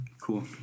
Cool